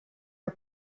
are